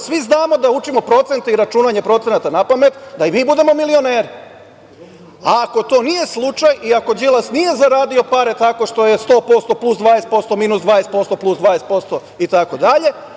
svi damo da učimo procente i računanje procenata napamet, da i mi budemo milioneri.A ako to nije slučaj i ako Đilas nije zaradio pare tako što je 100% plus 20% minus 20% plus 20% itd,